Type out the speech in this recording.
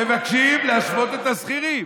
מבקשים להשוות את השכירים.